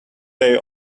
they